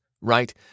right